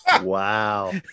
wow